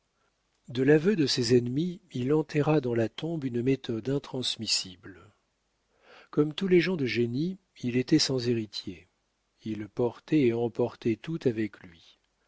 de l'aveu de ses ennemis il enterra dans la tombe une méthode intransmissible comme tous les gens de génie il était sans héritiers il portait et emportait tout avec lui